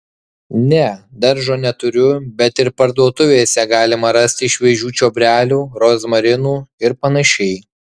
ne daržo neturiu bet ir parduotuvėse galima rasti šviežių čiobrelių rozmarinų ir panašiai